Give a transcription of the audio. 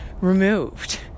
removed